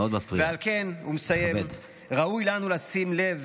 ועל כן הוא מסיים: "ראוי לנו לשים אל לב,